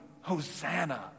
hosanna